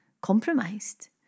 compromised